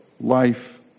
life